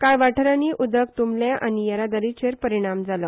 काय वाठारांनी उदक तुमले आनी येरादारीचेर परिणाम जालो